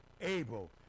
able